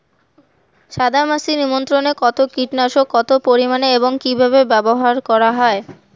সাদামাছি নিয়ন্ত্রণে কোন কীটনাশক কত পরিমাণে এবং কীভাবে ব্যবহার করা হয়?